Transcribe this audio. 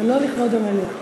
זה לא לכבוד המליאה.